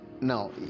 Now